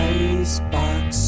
icebox